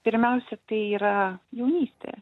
pirmiausia tai yra jaunystė